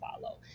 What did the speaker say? follow